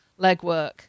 legwork